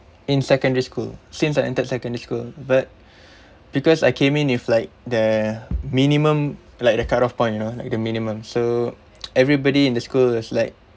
in secondary school since I entered secondary school but because I came in with like the minimum like the cut off point you know like the minimum so everybody in the school is like